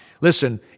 Listen